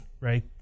right